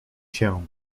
się